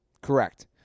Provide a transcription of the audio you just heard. Correct